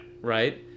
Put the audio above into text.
Right